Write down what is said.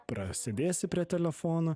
prasėdėsi prie telefono